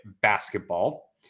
basketball